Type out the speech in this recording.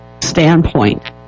standpoint